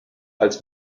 als